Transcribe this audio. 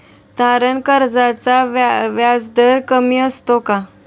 तारण कर्जाचा व्याजदर कमी असतो का?